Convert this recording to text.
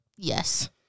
Yes